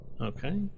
Okay